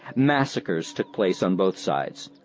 massacres took place on both sides.